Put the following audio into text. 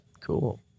Cool